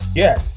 yes